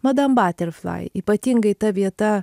madam baterflai ypatingai ta vieta